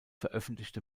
veröffentlichte